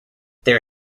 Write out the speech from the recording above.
their